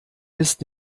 ist